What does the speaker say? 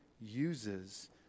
uses